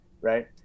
right